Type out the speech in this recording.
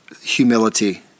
humility